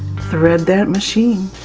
thread that machine,